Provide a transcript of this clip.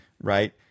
right